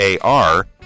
AR